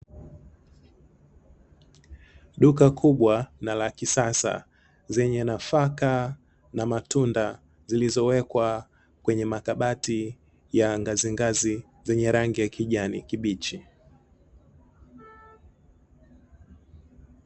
Duka kubwa na la kisasa zenye nafaka na matunda zilizowekwa kwenye makabati ya ngazingazi zenye rangi ya kijani kibichi.